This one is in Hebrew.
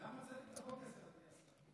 למה צריך את החוק הזה, אדוני השר?